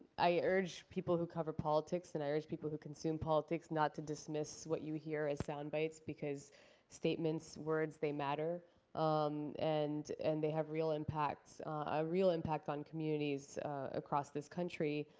i urge people who cover politics and i urge people who consume politics not to dismiss what you hear as sound bites because statements, words they matter um and and they have real impacts a real impact on communities across this country.